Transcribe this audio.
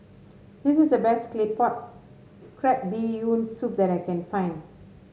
this is the best claypot crab bee yoon soup that I can find